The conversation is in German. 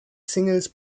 singles